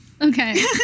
Okay